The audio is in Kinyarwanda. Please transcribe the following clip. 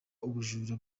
ubujura